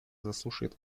заслушает